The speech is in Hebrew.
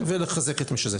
כן, לחזק את מי שכן.